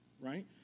right